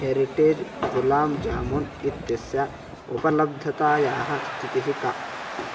heritage gulab jamun इत्यस्य उपलब्धतायाः स्थितिः का